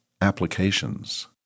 applications